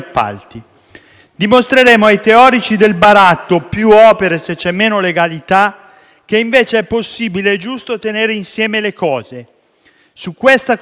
Dimostreremo ai teorici del baratto «più opere, se c'è meno legalità» che invece è possibile e giusto tenere insieme le cose. Sulla convinzione